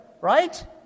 right